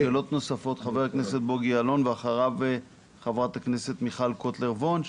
חבר הכנסת בוגי יעלון ואחריו חברת הכנסת מיכל קוטלר וונש.